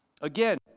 Again